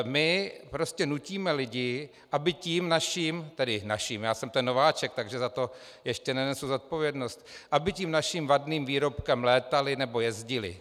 My prostě nutíme lidi, aby tím naším tedy naším, já jsem ten nováček, takže za to ještě nenesu zodpovědnost aby tím naším vadným výrobkem létali nebo jezdili.